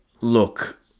look